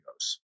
goes